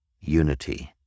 unity